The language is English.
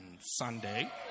Sunday